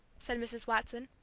said mrs. watson.